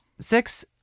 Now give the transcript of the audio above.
six